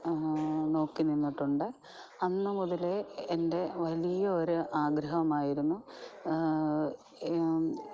നോക്കി നിന്നിട്ടുണ്ട് അന്ന് മുതലേ എൻ്റെ വലിയ ഒരു ആഗ്രഹമായിരുന്നു